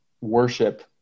worship